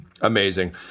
Amazing